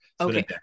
okay